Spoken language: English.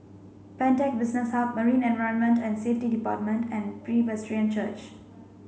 Pantech Business Hub Marine Environment and Safety Department and Presbyterian Church